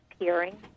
appearing